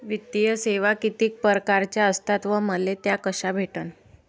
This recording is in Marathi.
वित्तीय सेवा कितीक परकारच्या असतात व मले त्या कशा भेटन?